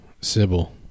sybil